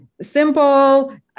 Simple